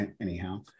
anyhow